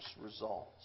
results